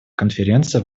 конференция